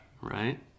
Right